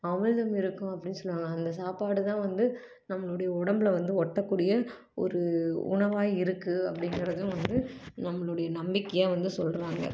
அமிழ்தம் இருக்கும் அப்படின்னு சொல்லுவாங்க அந்த சாப்பாடு தான் வந்து நம்மளுடைய உடம்பில் வந்து ஒட்டக்கூடிய ஒரு உணவாய் இருக்கு அப்படிங்கிறதும் வந்து நம்மளுடைய நம்பிக்கையாக வந்து சொல்லுறாங்க